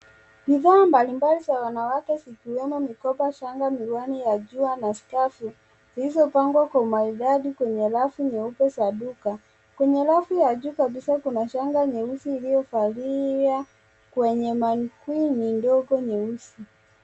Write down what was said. Bidhaa mbali mbali za wanawake zikiwemo mikopa shangaa miwani ya jua na skavu zilizo pangwa kwa maridadi kwenye rafu nyeupe za duka. Kwenye rafu ya juu kabisa ya duka kuna shanga nyeusi iliovalia kwenye manequin ndogo nyeusi.